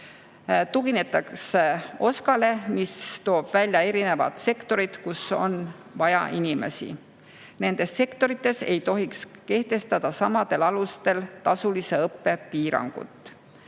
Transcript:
Tuginetakse OSKA-le, mis toob välja erinevad sektorid, kus meil on inimesi juurde vaja. Nendes sektorites ei tohiks kehtestada samadel alustel tasulise õppe piirangut.